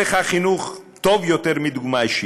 אין לך חינוך טוב יותר מדוגמה אישית,